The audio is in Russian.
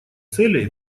целей